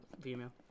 female